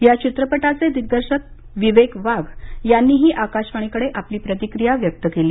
या चित्रपटाचे दिग्दर्शक विवेक वाघ यांनीही आकाशवाणीकडे आपली प्रतिक्रिया व्यक्त केली